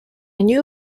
new